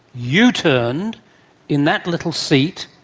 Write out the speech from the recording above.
you turned in that little seat,